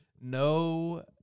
No